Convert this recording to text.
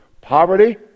poverty